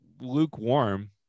lukewarm